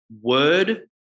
Word